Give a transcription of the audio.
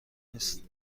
نیست